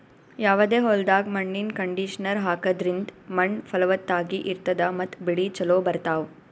ಯಾವದೇ ಹೊಲ್ದಾಗ್ ಮಣ್ಣಿನ್ ಕಂಡೀಷನರ್ ಹಾಕದ್ರಿಂದ್ ಮಣ್ಣ್ ಫಲವತ್ತಾಗಿ ಇರ್ತದ ಮತ್ತ್ ಬೆಳಿ ಚೋಲೊ ಬರ್ತಾವ್